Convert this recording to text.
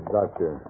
Doctor